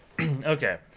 Okay